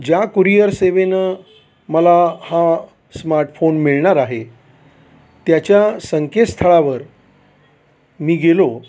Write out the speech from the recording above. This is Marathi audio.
ज्या कुरियर सेवेनं मला हा स्मार्टफोन मिळणार आहे त्याच्या संकेतस्थळावर मी गेलो